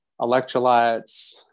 electrolytes